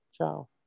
Ciao